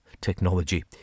technology